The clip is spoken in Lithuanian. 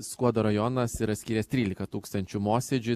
skuodo rajonas yra skyręs trylika tūkstančių mosėdžiui